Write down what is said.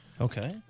Okay